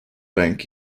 bank